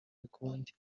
bikunde